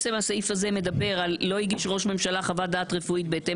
הסעיף הזה מדבר על 'לא הגיש ראש ממשלה חוות דעת רפואית בהתאם